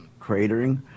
cratering